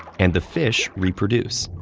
and the fish reproduce.